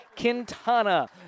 Quintana